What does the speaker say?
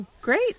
great